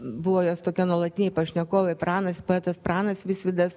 buvo jos tokia nuolatinė pašnekovė pranas poetas pranas visvydas